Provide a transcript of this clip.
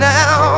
now